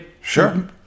sure